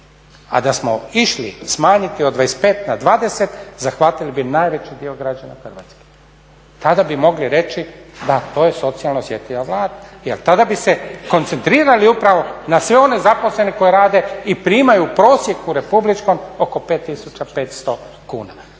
A da smo išli smanjiti od 25 na 20 zahvatili bi najveći dio građana Hrvatske. Tada bi mogli reći da to je socijalno osjetljiva Vlada, jel tada bi se koncentrirali upravo na sve one zaposlene koji rade i primaju prosjek u republičkom oko 5 500 kuna.